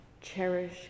cherish